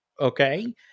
Okay